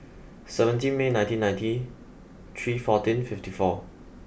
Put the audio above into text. seventeenth May nineteen ninety three fourteen fifty four